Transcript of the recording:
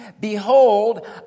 Behold